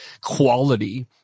quality